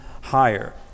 higher